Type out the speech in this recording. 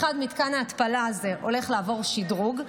האחד, מתקן ההתפלה הזה הולך לעבור שדרוג.